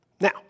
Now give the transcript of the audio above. Now